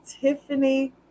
Tiffany